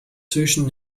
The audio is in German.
zwischen